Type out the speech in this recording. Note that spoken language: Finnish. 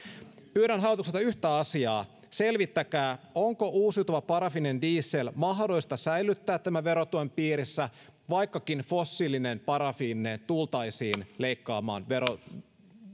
pyydän hallitukselta yhtä asiaa selvittäkää onko uusiutuva parafiininen diesel mahdollista säilyttää tämän verotuen piirissä vaikkakin fossiilinen parafiininen tultaisiin leikkaamaan verotuen